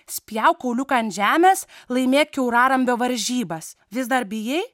spjauk kauliuką ant žemės laimėk kiaurarambio varžybas vis dar bijai